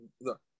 Look